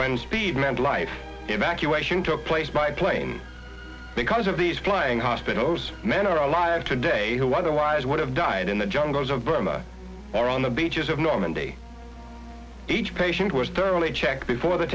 when speed meant life evacuation took place by plane because of these flying hospitals men are alive today who otherwise would have died in the jungles of burma or on the beaches of normandy each patient was thoroughly checked before the